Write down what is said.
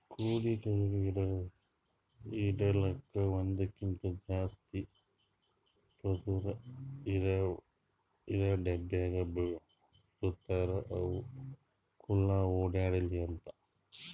ಕೋಳಿಗೊಳಿಗ್ ಇಡಲುಕ್ ಒಂದಕ್ಕಿಂತ ಜಾಸ್ತಿ ಪದುರ್ ಇರಾ ಡಬ್ಯಾಗ್ ಇಡ್ತಾರ್ ಅವು ಖುಲ್ಲಾ ಓಡ್ಯಾಡ್ಲಿ ಅಂತ